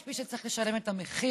יש מי שצריך לשלם את המחיר,